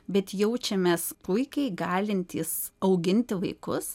bet jaučiamės puikiai galintys auginti vaikus